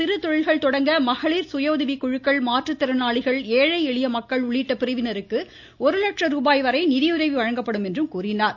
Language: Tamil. சிறுதொழில்கள் தொடங்க மகளிர் சுயஉதவிக்குழுக்கள் இதன்கீழ் மாற்றுத்திறனாளிகள் ஏழை எளிய மக்கள் உள்ளிட்ட பிரிவினருக்கு ஒரு லட்ச ருபாய் வரை நிதியுதவி வழங்கப்படும் என்றார்